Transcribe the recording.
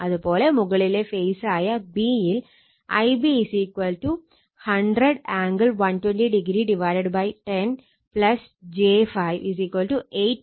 അതുപോലെ മുകളിലെ ഫേസ് ആയ b യിൽ Ib 100 ആംഗിൾ 120o 10 j 5 8